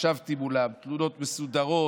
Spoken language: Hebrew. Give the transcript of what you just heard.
ישבתי מולם עם תלונות מסודרות,